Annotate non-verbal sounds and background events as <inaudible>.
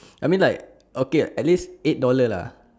<noise> I mean like okay at least eight dollar lah